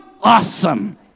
awesome